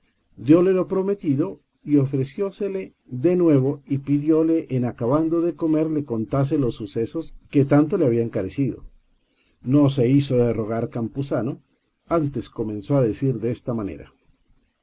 diole lo prometido y ofreciósele de nuevo y pidióle en acabando de c omer le contase los sucesos que tanto le había encarecido no se hizo de rogar campuzano antes comenzó a decir desta manera